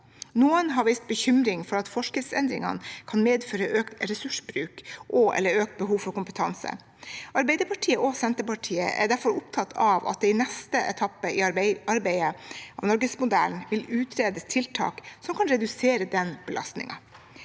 Noen har vist bekymring for at forskriftsendringene kan medføre økt ressursbruk og/eller økt behov for kompetanse. Arbeiderpartiet og Senterpartiet er derfor opptatt av at man i neste etappe i arbeidet med norgesmodellen vil utrede tiltak som kan redusere den belastningen.